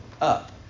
up